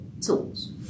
tools